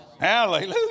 Hallelujah